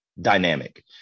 dynamic